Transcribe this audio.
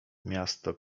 miasto